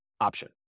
option